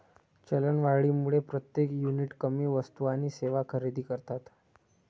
चलनवाढीमुळे प्रत्येक युनिट कमी वस्तू आणि सेवा खरेदी करतात